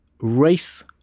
race